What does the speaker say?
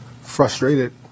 frustrated